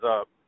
up